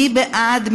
מי בעד?